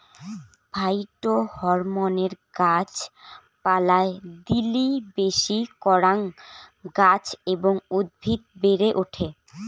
phytohormone গাছ পালায় দিলি বেশি করাং গাছ এবং উদ্ভিদ বেড়ে ওঠে